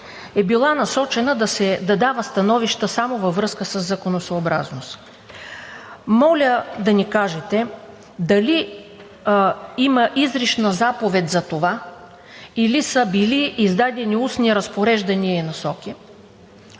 е била насочена да дава становища само във връзка със законосъобразност. Моля да ни кажете дали има изрична заповед за това, или са били издадени устни разпореждания и насоки?